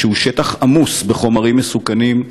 שהוא שטח עמוס בחומרים מסוכנים,